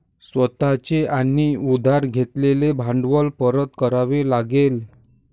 स्वतः चे आणि उधार घेतलेले भांडवल परत करावे लागेल